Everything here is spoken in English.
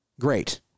Great